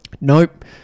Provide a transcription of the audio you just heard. Nope